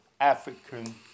African